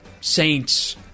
Saints